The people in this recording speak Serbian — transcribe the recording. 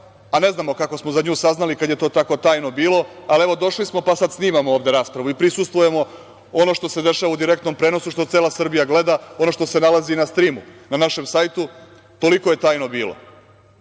a ne znamo kako smo za nju saznali kada je to tako tajno bilo, ali evo došli smo, pa sad snimamo ovde raspravu i prisustvujemo onome što se dešava u direktnom prenosu, što cela Srbija gleda, ono što se nalazi i na strimu na našem sajtu, toliko je tajno bilo.